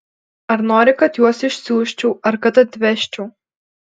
ar nori kad juos išsiųsčiau ar kad atvežčiau